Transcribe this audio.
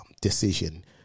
decision